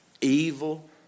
evil